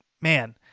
man